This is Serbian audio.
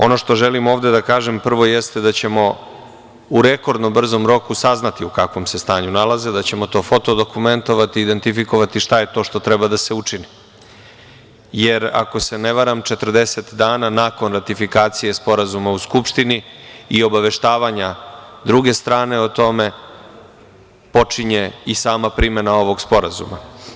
Ono što želim ovde da kažem jeste da ćemo u rekordno brzom roku saznati u kakvom se stanju nalaze, da ćemo to foto dokumentovati, identifikovati šta je to što treba da se učini, jer ako se ne varam 40 dana nakon ratifikacije sporazuma u Skupštini i obaveštavanja druge strane o tome počinje i sama primena ovog sporazuma.